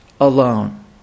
alone